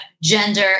gender